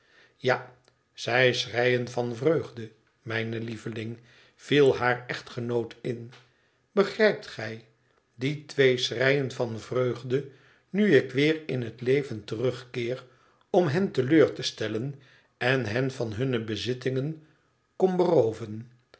ja zij schreien van vreugde mijne lieveling viel haar echtgenoot in begrijpt gij die twee schreien van vreugde nu ik weer in het leven terugkeer om hen te leur te stellen en hen van hunne bezittingen kom